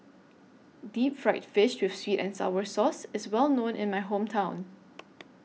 Deep Fried Fish with Sweet and Sour Sauce IS Well known in My Hometown